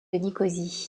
nicosie